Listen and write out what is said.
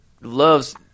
loves